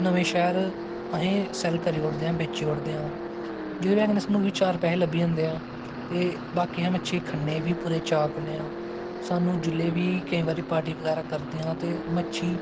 नमें शैह्र अस सैल्ल करी ओड़दे आं बेची ओड़दे आं जेह्दी बज़ह् कन्नैं स्हानू बी चार पैसे लब्भी जंदे ऐं ते बाकी अस मच्छी खन्ने बी चाऽ कन्नै स्हानू जिसलै बी पार्टी बगैरा करदे आं ते मच्छी